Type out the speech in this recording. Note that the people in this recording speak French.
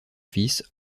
fils